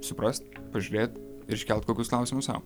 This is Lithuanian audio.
suprast pažiūrėt iškelti kokius klausimus sau